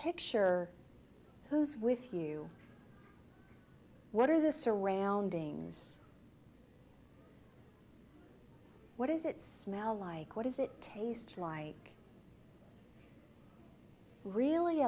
picture who's with you what are the surroundings what does it smell like what does it taste like really